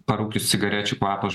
parūkius cigarečių kvapas